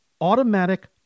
automatic